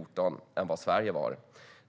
2014.